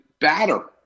batter